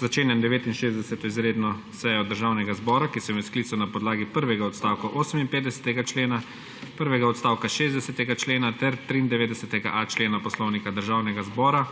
Začenjam 69. izredno sejo Državnega zbora, ki sem jo sklical na podlagi prvega odstavka 58. člena, prvega odstavka 60. člena ter 93.a člena Poslovnika Državnega zbora